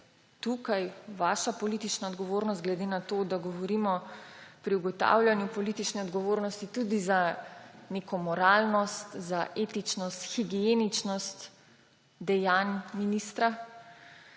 tukaj vaša politična odgovornost, glede na to, da govorimo pri ugotavljanju politične odgovornosti tudi o neki moralnosti, o etičnosti, higieničnosti dejanj ministra,